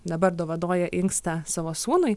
dabar dovanoja inkstą savo sūnui